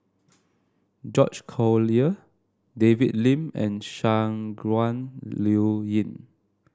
George Collyer David Lim and Shangguan Liuyun